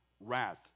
wrath